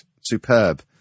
Superb